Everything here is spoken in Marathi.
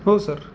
हो सर